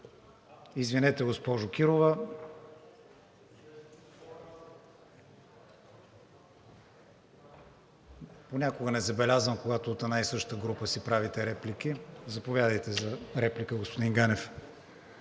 Извинете, госпожо Кирова, понякога не забелязвам, когато от една и съща група си правите реплики. Заповядайте за реплика, господин Ганев.